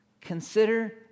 consider